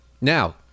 Now